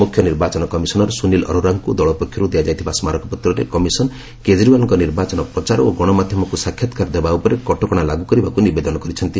ମୁଖ୍ୟ ନିର୍ବାଚନ କମିଶନର ସୁନୀଲ ଅରୋରାଙ୍କୁ ଦଳ ପକ୍ଷରୁ ଦିଆଯାଇଥିବା ସ୍କାରକପତ୍ରରେ କମିଶନ୍ କେଜରିୱାଲଙ୍କ ନିର୍ବାଚନ ପ୍ରଚାର ଓ ଗଣମାଧ୍ୟମକୁ ସାକ୍ଷାତକାର ଦେବା ଉପରେ କଟକଣା ଲାଗୁ କରିବାକୁ ନିବେଦନ କରିଛନ୍ତି